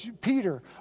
Peter